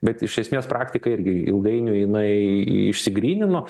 bet iš esmės praktika irgi ilgainiui jinai išsigrynino